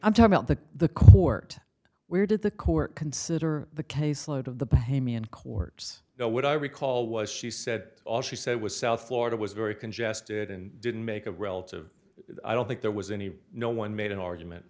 i'm talking about that the court where did the court consider the caseload of the game in courts you know what i recall was she said all she said was south florida was very congested and didn't make a relative i don't think there was any no one made an argument